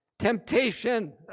temptation